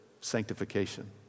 sanctification